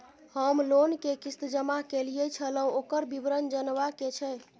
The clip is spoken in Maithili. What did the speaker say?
हम लोन के किस्त जमा कैलियै छलौं, ओकर विवरण जनबा के छै?